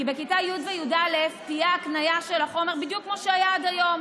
כי בכיתות י' וי"א תהיה הקניה של החומר בדיוק כמו שהיה עד היום,